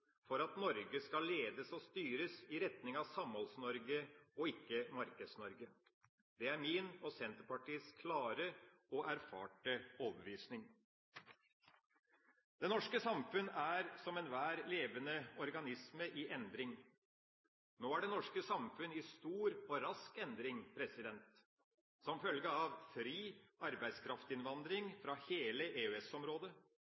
for at Norge skal ledes og styres i retning av Samholds-Norge og ikke Markeds-Norge. Det er min og Senterpartiets klare og erfarte overbevisning. Det norske samfunn er som enhver levende organisme i endring. Nå er det norske samfunn i stor og rask endring som følge av fri arbeidskraftinnvandring